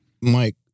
Mike